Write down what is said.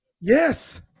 Yes